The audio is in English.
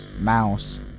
Mouse